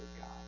God